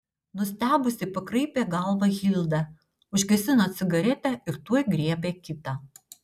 nustebusi pakraipė galvą hilda užgesino cigaretę ir tuoj griebė kitą